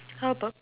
how about